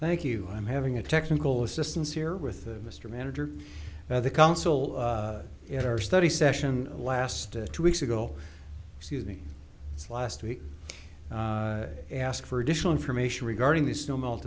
thank you i'm having a technical assistance here with mr manager by the council in our study session last two weeks ago excuse me last week asked for additional information regarding the snow melt